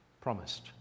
promised